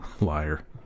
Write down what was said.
Liar